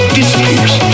disappears